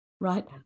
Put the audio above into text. right